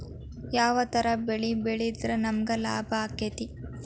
ಯಾವ ತರ ಬೆಳಿ ಬೆಳೆದ್ರ ನಮ್ಗ ಲಾಭ ಆಕ್ಕೆತಿ?